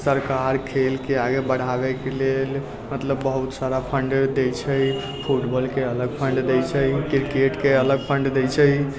सरकार खेलकेँ आगे बढ़ाबयके लेल मतलब बहुत सारा फण्ड आओर दैत छै फुटबॉलके अलग फण्ड दैत छै क्रिकेटके अलग फण्ड दैत छै